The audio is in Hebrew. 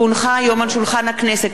כי הונחה היום על שולחן הכנסת,